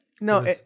No